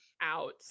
out